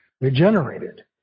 regenerated